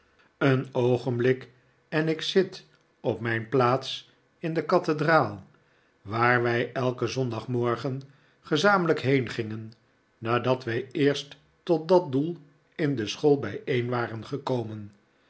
een oogenblik en ik zit op mijn plaats in de kathedraal waar wij elken zondagmorgen gezamenlijk heengingen nadat wij eerst tot dat doel in de school bijeen waren gekomen